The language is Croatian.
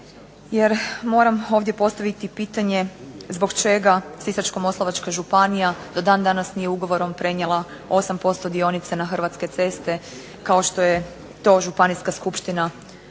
jer moram ovdje postaviti pitanje zbog čega Sisačko-moslavačka županija do dan danas nije ugovorom prenijela 8% dionica na Hrvatske ceste kao što je to županijska skupština odlučila,